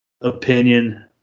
opinion